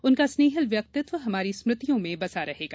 उनका स्नेहिल व्यक्तित्व हमारी स्मृतियों में बसा रहेगा